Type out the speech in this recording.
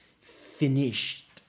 Finished